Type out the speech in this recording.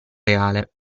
reale